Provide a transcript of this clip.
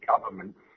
government's